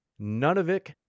nunavik